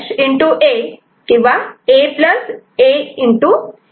A किंवा A A